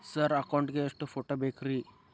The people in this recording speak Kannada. ಸರ್ ಅಕೌಂಟ್ ಗೇ ಎಷ್ಟು ಫೋಟೋ ಬೇಕ್ರಿ?